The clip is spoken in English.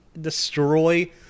destroy